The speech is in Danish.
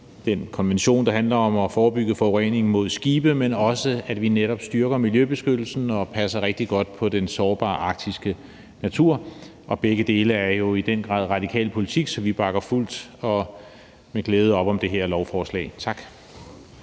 den konvention, der handler om at forebygge forureningen fra skibe, men også, at vi netop styrker miljøbeskyttelsen og passer rigtig godt på den sårbare arktiske natur. Begge dele er jo i den grad radikal politik, så vi bakker fuldt og med glæde op om det her lovforslag. Tak.